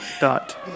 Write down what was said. Dot